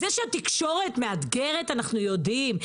זה שהתקשורת מאתגרת אנחנו יודעים,